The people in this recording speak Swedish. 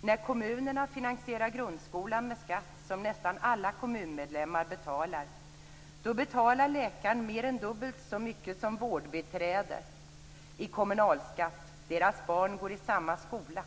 När kommunerna finansierar grundskolan med skatt, som nästan alla kommunmedlemmar betalar, får läkaren betala mer än dubbelt så mycket som vårdbiträdet i kommunalskatt. Deras barn går i samma skola.